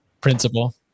principle